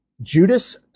Judas